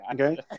okay